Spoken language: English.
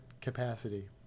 capacity